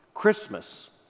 Christmas